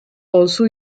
also